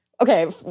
Okay